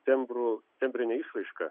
tembru tembrine išraiška